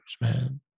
man